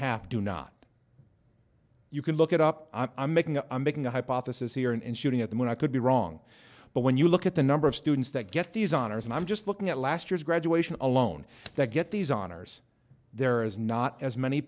half do not you can look it up i'm making up i'm making a hypothesis here and shooting at them when i could be wrong but when you look at the number of students that get these honors and i'm just looking at last year's graduation alone they get these honors there is not as many